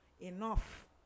enough